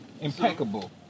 Impeccable